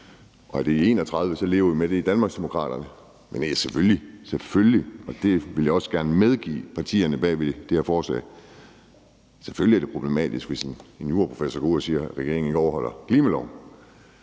i 2031, lever vi i Danmarksdemokraterne med det. Selvfølgelig – selvfølgelig – og det vil jeg også gerne medgive partierne bag det her forslag, er det problematisk, hvis en juraprofessor går ud og siger, at regeringen ikke overholder klimaloven,